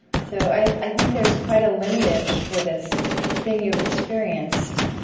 so i i think there's quite a lineage for this thing you've experienced.